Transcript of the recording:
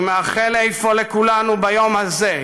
אני מאחל אפוא לכולנו ביום הזה,